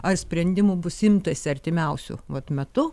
ar sprendimų bus imtasi artimiausiu metu